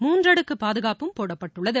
மூன்றடுக்குப் பாதுகாப்பும் போடப்பட்டுள்ளது